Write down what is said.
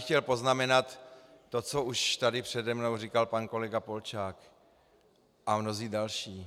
Chtěl bych poznamenat to, co už tady přede mnou říkal pan kolega Polčák a mnozí další.